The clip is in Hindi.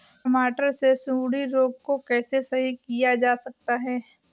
टमाटर से सुंडी रोग को कैसे सही किया जा सकता है?